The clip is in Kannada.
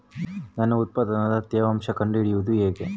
ನನ್ನ ಉತ್ಪನ್ನದ ತೇವಾಂಶ ಕಂಡು ಹಿಡಿಯುವುದು ಹೇಗೆ?